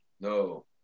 No